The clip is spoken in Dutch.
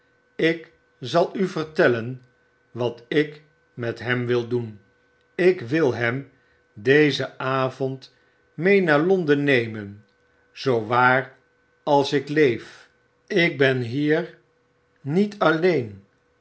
ik zal u vertellen wat ik met hem wil doen ik wil hem dezen avond mee naar londen nemen zoo waar als ik leef ik ben hier niet alleen